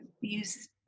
use